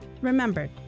remember